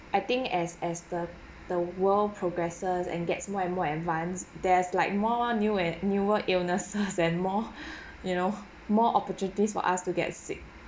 I think as as the the world progresses and gets more and more advanced there's like more newer newer illnesses and more you know more opportunities for us to get sick